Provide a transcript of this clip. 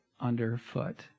underfoot